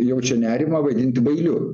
jaučia nerimą vadinti bailiu